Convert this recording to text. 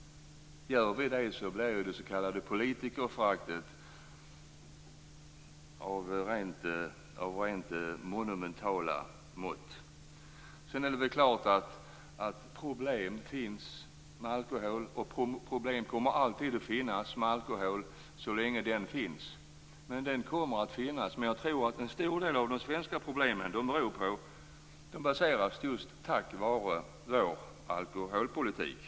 Om vi gör det kommer politikerföraktet att få rent monumentala mått. Det finns problem med alkohol, och problem kommer alltid att finnas med alkohol så länge alkohol finns. Men jag tror att en stor del av de svenska problemen beror just på vår alkoholpolitik.